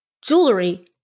jewelry